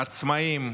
העצמאים,